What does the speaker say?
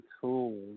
tool